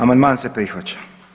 Amandman se prihvaća.